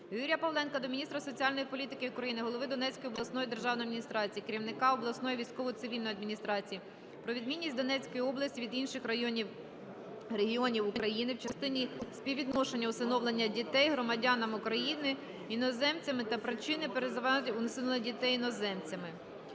Юрія Павленка до міністра соціальної політики України, голови Донецької обласної державної адміністрації, керівника обласної військово-цивільної адміністрації про відмінність Донецької області від інших регіонів України в частині співвідношення усиновлення дітей громадянами України і іноземцями та причини переважання усиновлення дітей іноземцями.